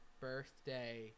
birthday